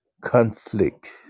Conflict